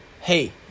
hey